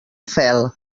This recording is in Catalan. fel